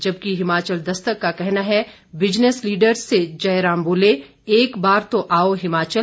जबकि हिमाचल दस्तक का कहना है बिजनेस लीडर्स से जयराम बोले एक बार तो आओ हिमाचल